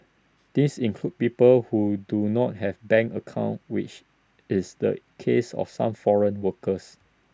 these include people who do not have bank accounts which is the case of some foreign workers